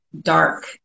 dark